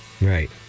Right